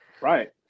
Right